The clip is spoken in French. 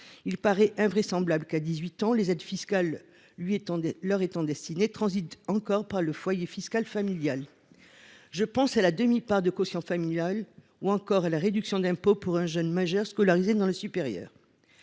Il paraît invraisemblable que les aides fiscales destinées aux jeunes de 18 ans transitent encore par le foyer fiscal familial. Je pense à la demi part de quotient familial ou encore à la réduction d’impôt pour un jeune majeur scolarisé dans le supérieur.